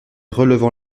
relevant